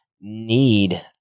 need